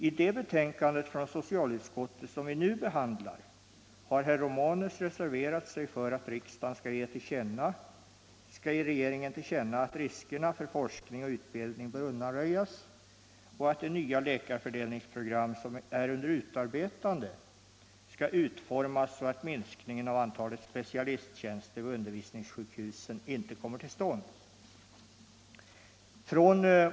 I det betänkande från socialutskottet som vi nu behandlar har herr Romanus reserverat sig för att riksdagen skall ge regeringen till känna att riskerna för forskning och utbildning bör undanröjas och att det nya läkarfördelningsprogram som är under utarbetande skall utformas så att minskningen av antalet specialisttjänster vid undervisningssjukhusen inte kommer till stånd.